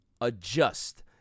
adjust